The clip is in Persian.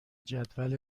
جدول